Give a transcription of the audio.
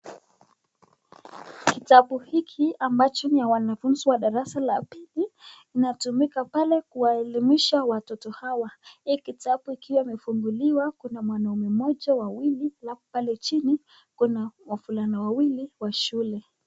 Kitabu hiki ambacho ni ya wanafunzi wa darasa la pili , inatumika pale kuwaelimisha watoto hawa kitabu ikiwa imefunguliwa mwanamke moja wawili kuna wavulana wa shule.